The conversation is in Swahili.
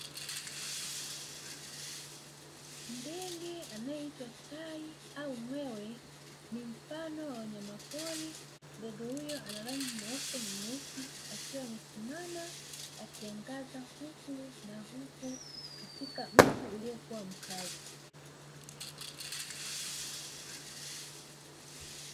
Ndege anayeitwa tai au mwewe, ni mfano wa wanyamapori. Ndege huyo ana rangi nyeupe na nyeusi, akiwa amesimama akiangaza huku na huku katika mti uliokuwa mkavu.